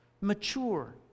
Mature